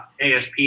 ASP